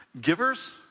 Givers